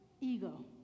ego